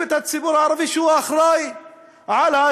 את הציבור הערבי שהוא אחראי להצתות,